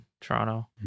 Toronto